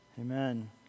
Amen